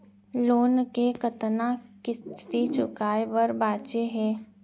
Loan के कतना किस्ती चुकाए बर बांचे हे?